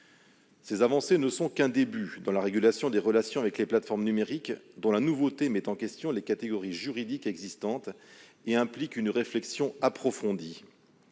Ces avancées ne sont qu'un début dans la régulation des relations avec les plateformes numériques, dont la nouveauté met en question les catégories juridiques existantes et implique une réflexion approfondie.